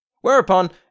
Whereupon